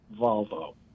Volvo